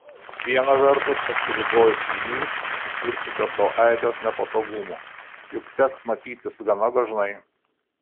viena vertus atsiribojusi jūs sukursite sau aibes nepatogumų juk teks matytis gana dažnai